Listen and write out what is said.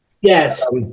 Yes